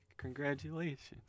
Congratulations